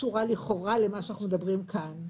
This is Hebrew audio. היא לא קשורה לכאורה למה שאנחנו מדברים כאן,